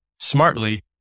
smartly